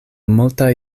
multaj